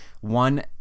one